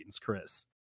chris